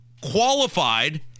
qualified